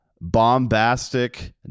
bombastic